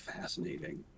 fascinating